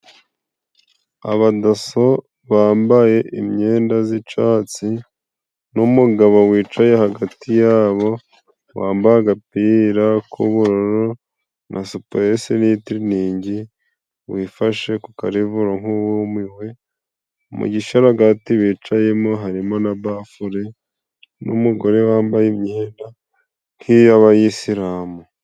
Abadaso bambaye imyenda z'icatsi n'umugabo wicaye hagati yabo wambaye agapira k'ubururu na supuresi n'itiriningi wifashe ku karevuro nk'uwumiwe, mu gisharagati bicayemo harimo na bafure n'umugore wambaye imyenda nk'iy'abayisilamu.